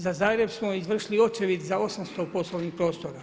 Za Zagreb smo izvršili očevid za 800 poslovnih prostora.